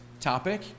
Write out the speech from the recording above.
topic